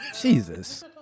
Jesus